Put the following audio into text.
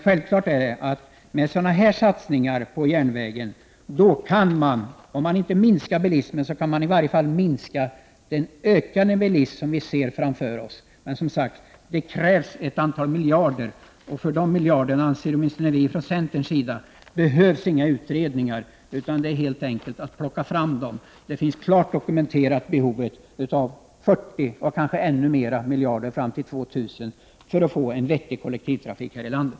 Självklart är att man med sådana här satsningar på järnvägen kan om inte minska bilismen så i varje fall hejda den ökning av bilismen som vi ser framför oss. Men som sagt krävs det ett antal miljarder. För att anslå dessa miljarder anser åtminstone vi i centern att det inte behövs några utredningar, utan det är helt enkelt att plocka fram pengarna. Det finns ett klart dokumenterat behov på minst 40 miljarder fram till år 2000 för att vi skall få en vettig kollektivtrafik här i landet.